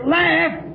laugh